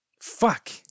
fuck